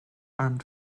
armed